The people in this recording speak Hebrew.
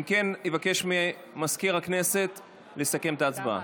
אם כן, אבקש ממזכיר הכנסת לסכם את ההצבעה.